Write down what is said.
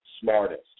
smartest